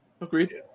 Agreed